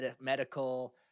medical